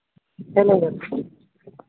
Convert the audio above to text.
ᱦᱮᱸ ᱢᱟ